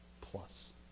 plus